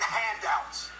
handouts